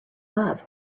love